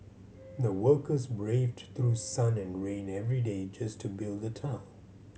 the workers braved through sun and rain every day just to build the tunnel